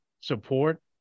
support